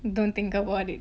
don't think about it